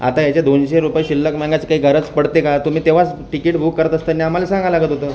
आता याच्यात दोनशे रुपये शिल्लक मागायचं काही गरज पडते का तुम्ही तेव्हाच तिकिट बूक करत असताना आम्हाला सांगावं लागत होतं